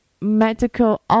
medical